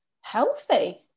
healthy